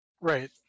Right